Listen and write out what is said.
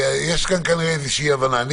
יש כאן כנראה איזו אי הבנה.